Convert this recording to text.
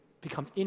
becomes